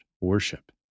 worship